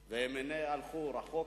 היושב-ראש,